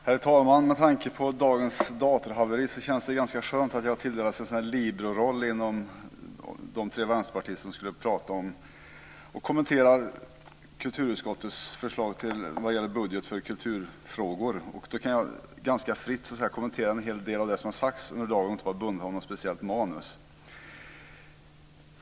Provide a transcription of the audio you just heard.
Herr talman! Med tanke på dagens datorhaveri här i riksdagen känns det ganska skönt att jag har tilldelats en sådan här liberoroll bland de tre vänsterpartister som skulle prata om och kommentera kulturutskottets förslag till budget i fråga om kulturfrågor. Då kan jag ganska fritt kommentera en hel del av det som har sagts under dagen och inte vara bunden av något speciellt manus.